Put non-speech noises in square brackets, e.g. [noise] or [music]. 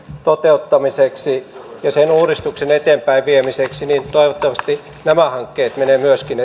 toteuttamiseksi ja sen uudistuksen eteenpäinviemiseksi toivottavasti nämä hankkeet menevät myöskin [unintelligible]